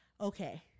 okay